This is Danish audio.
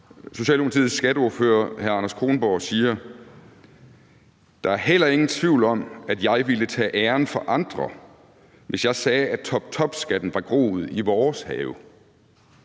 Socialdemokratiets skatteordfører, hr. Anders Kronborg, siger: Der er heller ingen tvivl om, at jeg ville tage æren fra andre, hvis jeg sagde, at toptopskatten var groet i vores have.